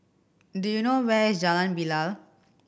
do you know where is Jalan Bilal